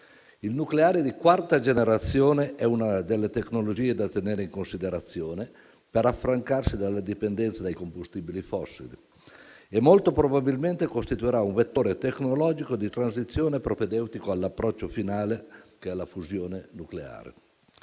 Il nucleare di quarta generazione è una delle tecnologie da tenere in considerazione per affrancarsi dalle dipendenze dai combustibili fossili e, molto probabilmente, costituirà un vettore tecnologico di transizione propedeutico all'approccio finale, che è la fusione nucleare.